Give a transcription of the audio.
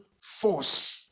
force